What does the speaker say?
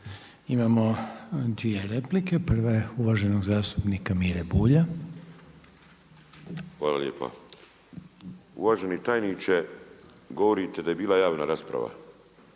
Imamo dvije replike. Prva je uvaženog zastupnika Mire Bulja. **Bulj, Miro (MOST)** Hvala lijepa. Uvaženi tajniče, govorite da je bila javna rasprava